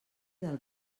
del